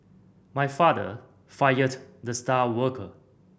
my father fired the star worker